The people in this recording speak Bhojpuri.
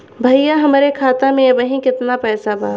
भईया हमरे खाता में अबहीं केतना पैसा बा?